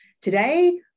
Today